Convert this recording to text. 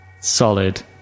solid